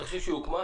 אתה חושב שהוקמה?